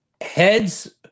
Heads